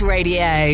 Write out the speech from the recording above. Radio